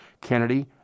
Kennedy